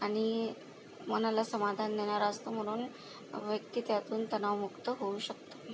आणि मनाला समाधान देणारा असतो म्हणून व्यक्ती त्यातून तणावमुक्त होऊ शकते